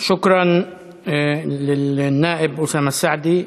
תודה לחבר הכנסת אוסאמה סעדי.